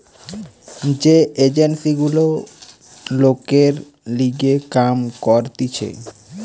যে এজেন্সি গুলা লোকের লিগে কাম করতিছে